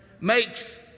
makes